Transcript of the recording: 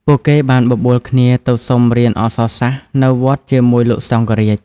ពួកគេបានបបួលគ្នាទៅសុំរៀនអក្សរសាស្ត្រនៅវត្តជាមួយលោកសង្ឃរាជ។